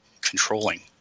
controlling